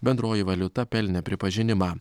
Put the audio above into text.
bendroji valiuta pelnė pripažinimą